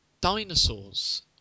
dinosaurs